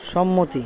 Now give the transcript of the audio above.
সম্মতি